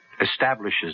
establishes